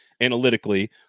analytically